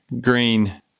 Green